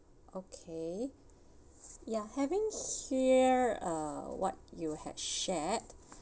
okay ya having heard uh what you had shared